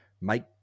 make